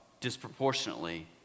disproportionately